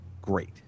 great